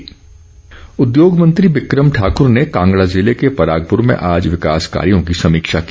बिक्रम ठाकूर उद्योग मंत्री बिक्रम ठाकुर ने कांगड़ा जिले के परागपुर में आज विकास कार्यों की समीक्षा की